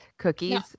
cookies